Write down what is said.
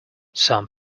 some